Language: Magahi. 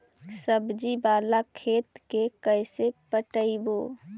सब्जी बाला खेत के कैसे पटइबै?